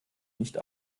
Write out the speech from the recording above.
nicht